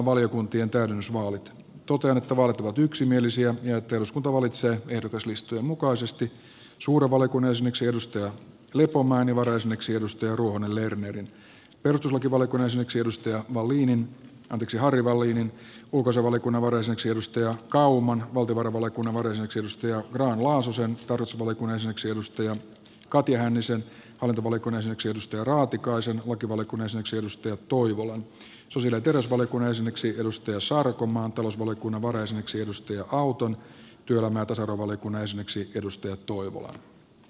totean että vaalit ovat yksimielisiä ja että eduskunta valitsee ehdokaslistojen mukaisesti suuren valiokunnan jäseneksi elina lepomäen ja varajäseneksi pirkko ruohonen lernerin perustuslakivaliokunnan jäseneksi harry wallinin ulkoasiainvaliokunnan varajäseneksi pia kauman valtiovarainvaliokunnan varajäseneksi sanni grahn laasosen tarkastusvaliokunnan jäseneksi katja hännisen hallintovaliokunnan jäseneksi mika raatikaisen lakivaliokunnan jäseneksi jani toivolan sosiaali ja terveysvaliokunnan jäseneksi sari sarkomaan talousvaliokunnan varajäseneksi heikki auton ja työelämä ja tasa arvovaliokunnan jäseneksi jani toivolan